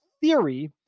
theory